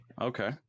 Okay